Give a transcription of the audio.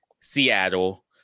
Seattle